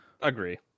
Agree